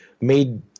made